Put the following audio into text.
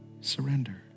Surrender